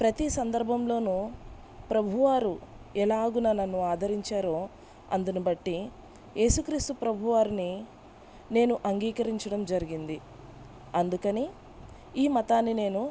ప్రతీ సందర్భంలోనూ ప్రభువువారు ఎలాగున నన్ను ఆదరించారో అందును బట్టి ఏసుక్రీస్తు ప్రభువారిని నేను అంగీకరించడం జరిగింది అందుకని ఈ మతాన్ని నేను